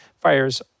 fires